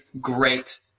great